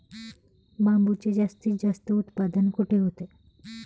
बांबूचे जास्तीत जास्त उत्पादन कुठे होते?